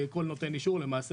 כל נותן אישור למעשה.